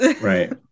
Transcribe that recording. right